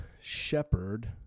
shepherd